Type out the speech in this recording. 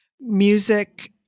music